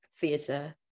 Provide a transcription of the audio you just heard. theatre